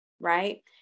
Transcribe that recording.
right